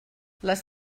les